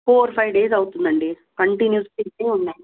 four five days అవుతుందండి కంటిన్యూస్గా ఇవే ఉన్నాయి